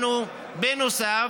בנוסף,